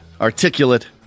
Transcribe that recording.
articulate